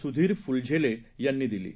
सुधीर फुलझेले यांनी दिली आहे